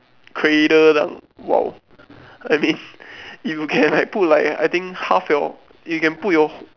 cradle dunk !wow! I mean if you can like put like I think half your you can put your